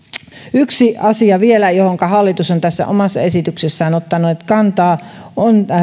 yksi asia johonka hallitus on tässä omassa esityksessään ottanut kantaa